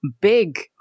Big